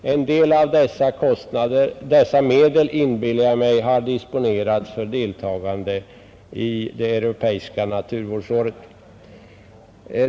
Men en del av dessa medel har, inbillar jag mig, disponerats för deltagande i Europeiska naturvårdsåret.